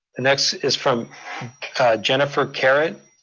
the next is from jennifer kehret.